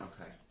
Okay